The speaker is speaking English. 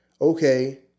Okay